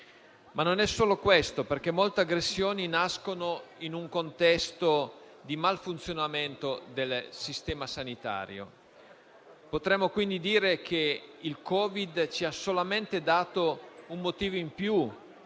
Non è solo questo, perché molte aggressioni nascono in un contesto di malfunzionamento del sistema sanitario. Potremmo quindi dire che il Covid ci ha solamente dato un motivo in più